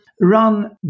run